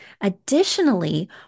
Additionally